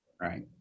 Right